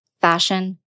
fashion